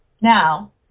now